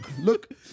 look